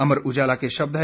अमर उजाला के शब्द है